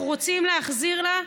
אנחנו רוצים להחזיר לה,